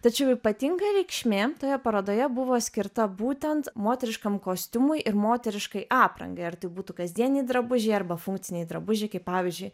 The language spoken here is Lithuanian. tačiau ypatinga reikšmė toje parodoje buvo skirta būtent moteriškam kostiumui ir moteriškai aprangai ar tai būtų kasdieniniai drabužiai arba funkciniai drabužiai kaip pavyzdžiui